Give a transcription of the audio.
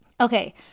Okay